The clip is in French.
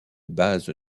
base